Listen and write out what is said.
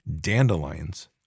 dandelions